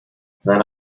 seine